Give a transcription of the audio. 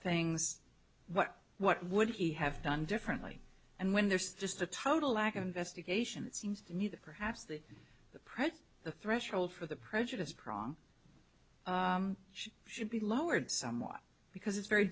things what what would he have done differently and when there's just a total lack of investigation it seems to me that perhaps that the pressure the threshold for the prejudiced prong she should be lowered somewhat because it's very